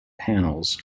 panels